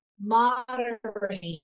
moderate